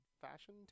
fashion